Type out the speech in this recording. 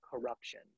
corruption